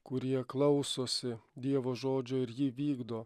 kurie klausosi dievo žodžio ir jį vykdo